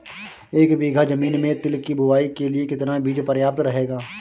एक बीघा ज़मीन में तिल की बुआई के लिए कितना बीज प्रयाप्त रहेगा?